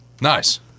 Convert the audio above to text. Nice